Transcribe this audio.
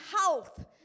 health